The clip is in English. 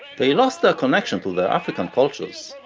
they lost their connection to their african cultures,